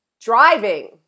driving